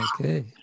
Okay